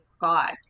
God